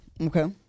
Okay